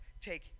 take